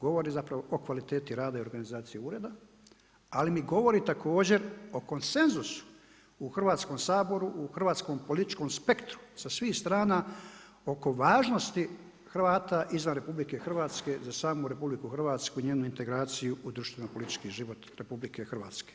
Govore zapravo o kvaliteti rada i organizaciji ureda ali mi govori također o konsenzusu u Hrvatskom saboru, u hrvatskom političkom spektru sa svih strana oko važnosti Hrvata izvan RH za samu RH i njenu integraciju u društveno politički život RH.